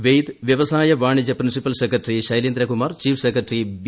വെയ്ദ് വ്യവസായ വാണിജ്യ principal secretary Shailendra Kumar chief secretary B